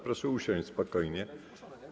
Proszę usiąść spokojnie.